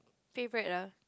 favourite ah